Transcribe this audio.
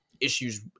issues